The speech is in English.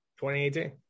2018